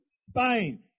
Spain